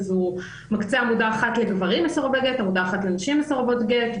הוא מקצה עמודה אחת לגברים מסורבי גט,